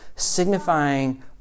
signifying